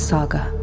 Saga